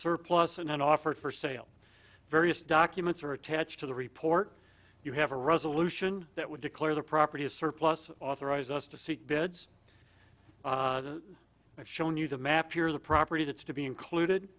surplus and offered for sale various documents are attached to the report you have a resolution that would declare the property is surplus authorize us to seek bids i've shown you the map your the property that's to be included